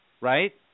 right